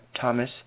Thomas